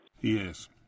Yes